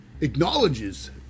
acknowledges